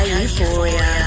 Euphoria